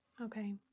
Okay